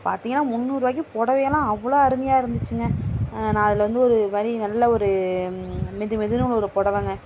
பார்த்திங்கன்னா முந்நூறு ரூபாக்கி புடவையலாம் அவ்வளோ அருமையாக இருந்துச்சுங்க நான் அதில் வந்து ஒரு மாதிரி நல்ல ஒரு மெது மெதுன்னு ஒரு புடவங்க